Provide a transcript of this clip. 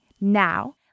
Now